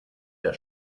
der